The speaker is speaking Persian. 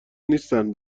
نیستن